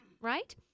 right